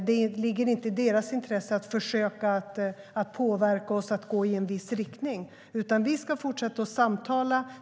Det ligger inte i deras intresse att försöka påverka oss att gå i en viss riktning, utan vi ska fortsätta samtala.